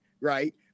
right